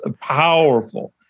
powerful